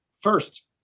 first